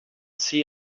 see